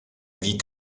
wie